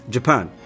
Japan